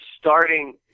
starting